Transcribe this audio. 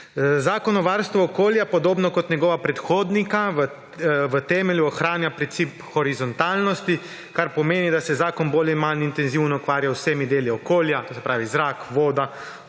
Zakon o varstvu okolja, podobno kot njegova predhodnika, v temelju ohranja princip horizontalnosti, kar pomeni, da se zakon bolj ali manj intenzivno ukvarja z vsemi deli okolja, to se pravi zrak, voda, ohranjanje